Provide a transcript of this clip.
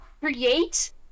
create